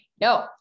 No